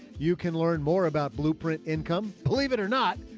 you can learn more about blueprint income, believe it or not,